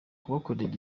kubakorera